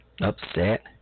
Upset